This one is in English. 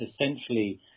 essentially